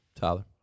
Tyler